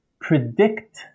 predict